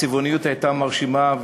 הצבעוניות הייתה מרשימה,